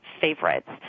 favorites